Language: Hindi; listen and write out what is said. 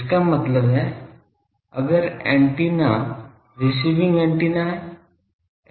इसका मतलब है अगर एंटीना रिसीविंग एंटीना है